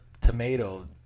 tomato